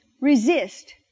resist